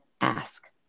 ask